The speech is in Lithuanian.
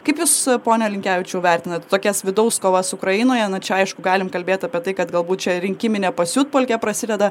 kaip jūs pone linkevičiau vertinat tokias vidaus kovas ukrainoje na čia aišku galim kalbėt apie tai kad galbūt čia rinkiminė pasiutpolkė prasideda